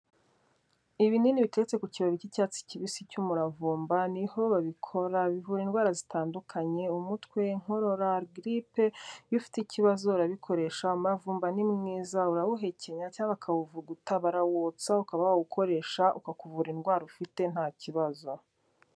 Ibinini biteretse ku kibabi cy'icyatsi kibisi k'umuravumba niho babikora, bivura indwara zitandukanye, umutwe, inkorora, giripe, iyo ufite ikibazo urabikoresha, umuravumba ni mwiza, urawuhekenya cyangwa bakawuvuguta barawotsa ukaba wawukoresha, ukakuvura indwara ufite ntakibazo.